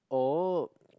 oh